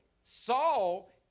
Saul